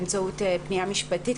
באמצעות פנייה משפטית?